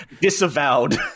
disavowed